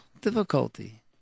difficulty